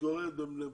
מתגוררת בבני ברק.